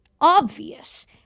obvious